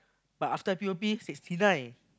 but after I P_O_P sixty nine